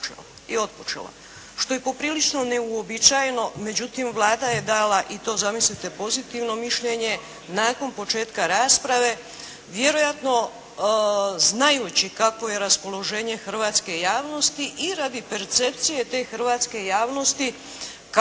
i otpočela, što je poprilično neuobičajeno, međutim Vlada je dala i to zamislite pozitivno mišljenje nakon početka rasprave vjerojatno znajući kako je raspoloženje hrvatske javnosti i radi percepcije te hrvatske javnosti